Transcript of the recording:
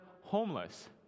homeless